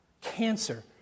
cancer